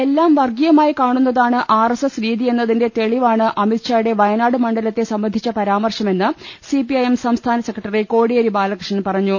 എല്ലാം വർഗീയമായി കാണുന്നതാണ് ആർഎസ്എസ് രീതി യെന്നതിന്റെ തെളിവാണ് അമിത്ഷായുടെ വയനാട് മണ്ഡലത്തെ സംബന്ധിച്ച പരാമർശുമെന്ന് സിപിഐഎം സംസ്ഥാന സെക്രട്ടറി കോടിയേരി ബാലകൃഷ്ണൻ പറഞ്ഞു